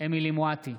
אמילי חיה מואטי,